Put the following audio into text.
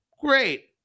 Great